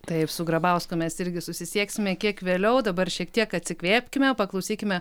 taip su grabausku mes irgi susisieksime kiek vėliau dabar šiek tiek atsikvėpkime paklausykime